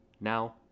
Now